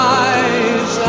eyes